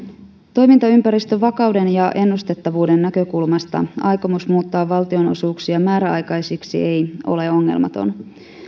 toimintaympäristön vakauden ja ennustettavuuden näkökulmasta aikomus muuttaa valtionosuuksia määräaikaisiksi ei ole ongelmaton